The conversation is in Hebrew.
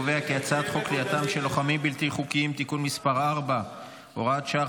הצעת חוק כליאתם של לוחמים בלתי חוקיים (תיקון מס' 4 והוראת שעה,